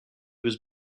was